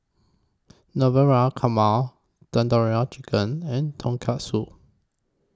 Navratan Korma Tandoori Chicken and Tonkatsu